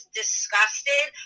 disgusted